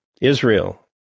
Israel